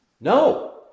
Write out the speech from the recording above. No